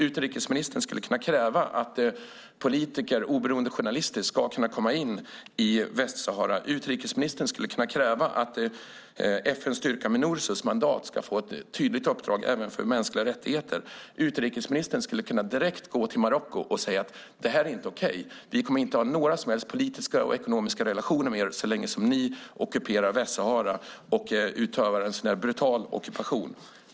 Utrikesministern skulle kunna kräva att politiker och oberoende journalister ska kunna komma in i Västsahara. Utrikesministern skulle kunna kräva att FN:s styrka Minurso ska få ett tydligt uppdrag även när det gäller mänskliga rättigheter. Utrikesministern skulle kunna gå direkt till Marocko och säga: Det här är inte okej! Vi kommer inte att ha några som helst politiska eller ekonomiska relationer med er så länge ni ockuperar Västsahara.